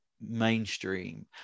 mainstream